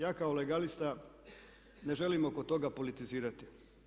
Ja kao legalista ne želim oko toga politizirati.